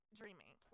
dreaming